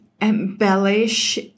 embellish